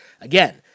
again—